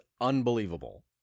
unbelievable